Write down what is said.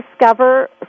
discover